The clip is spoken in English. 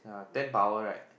ya ten power right